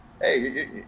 hey